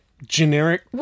Generic